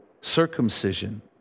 circumcision